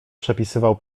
przepisywał